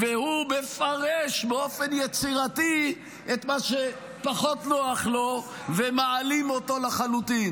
והוא מפרש באופן יצירתי את מה שפחות נוח לו ומעלים אותו לחלוטין,